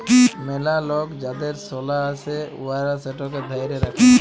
ম্যালা লক যাদের সলা আছে উয়ারা সেটকে ধ্যইরে রাখে